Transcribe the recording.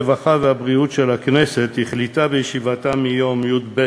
הרווחה והבריאות של הכנסת החליטה בישיבתה ביום י"ב